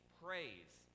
praise